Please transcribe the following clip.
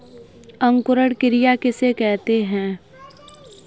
अंकुरण क्रिया किसे कहते हैं?